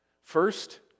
First